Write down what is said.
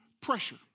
pressure